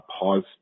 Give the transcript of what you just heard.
pause